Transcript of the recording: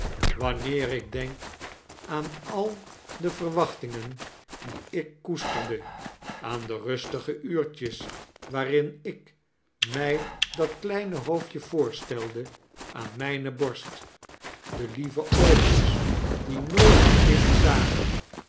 wanneer ik denk aan al de verwachtingen die ik koesterde aan de rustige uurtjes waarin ik mij dat kleine hoofdje voorstelde aan mijne borst de lieve oogjes die nooit het licht zagen